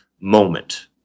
moment